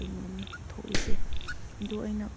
ꯀꯩꯅꯣꯅꯤ ꯊꯣꯛꯂꯤꯁꯦ ꯑꯗꯣ ꯑꯩꯅ